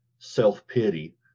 Self-pity